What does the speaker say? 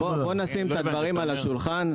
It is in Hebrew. בוא נשים את הדברים על השולחן.